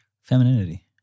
Femininity